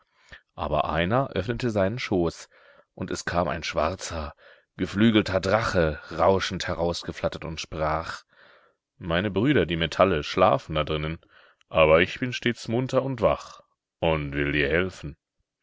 aber einer öffnete seinen schoß und es kam ein schwarzer geflügelter drache rauschend herausgeflattert und sprach meine brüder die metalle schlafen da drinnen aber ich bin stets munter und wach und will dir helfen